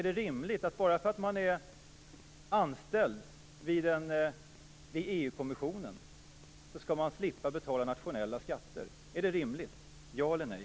Är det rimligt att man skall slippa betala nationella skatter bara för att man är anställd vid EU kommissionen? Ja eller nej?